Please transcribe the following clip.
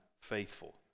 faithful